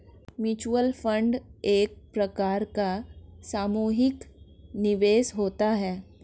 mutual fund एक प्रकार का सामुहिक निवेश होता है